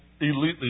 elitely